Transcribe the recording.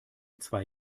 zwei